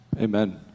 Amen